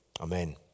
Amen